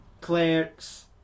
Clerks